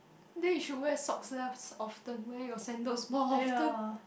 then you should wear socks less often wear your sandals more often